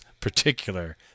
particular